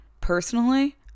Personally